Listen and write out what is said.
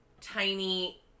tiny